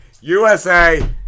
USA